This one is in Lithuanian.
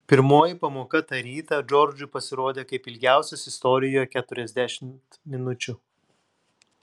pirmoji pamoka tą rytą džordžui pasirodė kaip ilgiausios istorijoje keturiasdešimt minučių